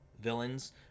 villains